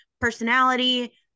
Personality